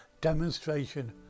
demonstration